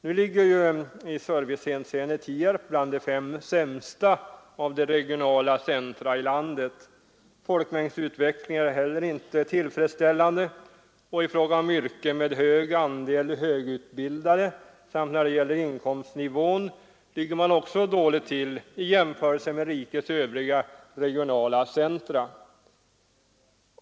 Nu ligger Tierp i servicehänseende bland de fem sämsta av regionala centra i landet. Folkmängdsutvecklingen är heller inte tillfredsställande, och i fråga om yrken med stor andel högutbildade samt när det gäller inkomstnivån ligger man också dåligt till i jämförelse med rikets övriga regionala centra.